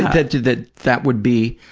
that that that would be,